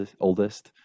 oldest